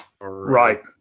Right